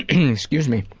excuse me,